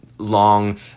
Long